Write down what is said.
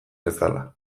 bezala